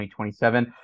2027